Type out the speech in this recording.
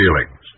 feelings